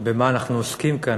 במה אנחנו עוסקים כאן,